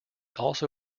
also